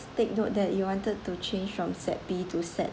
take note that you wanted to change from set B to set